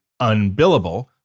UNBILLABLE